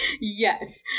Yes